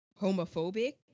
homophobic